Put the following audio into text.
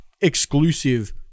exclusive